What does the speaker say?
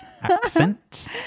accent